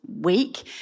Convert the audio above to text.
week